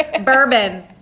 Bourbon